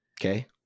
Okay